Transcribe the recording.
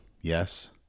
Yes